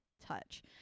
Touch